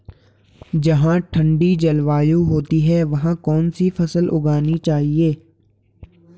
जहाँ ठंडी जलवायु होती है वहाँ कौन सी फसल उगानी चाहिये?